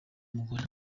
umugore